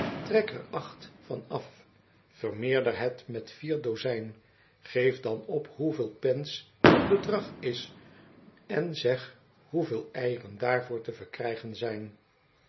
trek er van af vermeerder het met vier dozijn geef dan op hoeveel pence het bedrag is en zeg hoeveel eieren daarvoor te verkrijgen zijn